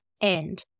end